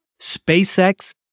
SpaceX